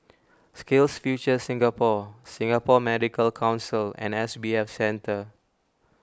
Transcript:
SkillsFuture Singapore Singapore Medical Council and S B F Center